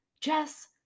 Jess